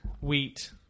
wheat